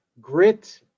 grit